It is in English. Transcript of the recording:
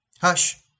Hush